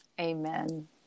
Amen